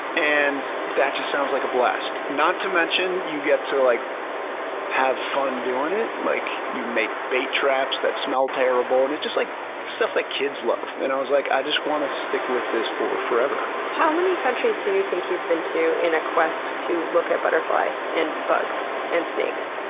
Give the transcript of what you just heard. and that just sounds like a blast. not to mention, you get to like have fun doing it, like you make bait traps that smell terrible, and it's just like stuff that kids love. and i was like, i just want to stick with this for forever. how many countries do you think you've been to in a quest to look at butterflies and bugs and snakes